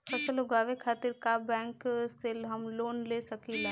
फसल उगावे खतिर का बैंक से हम लोन ले सकीला?